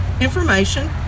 information